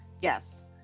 Yes